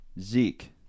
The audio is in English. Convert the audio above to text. Zeke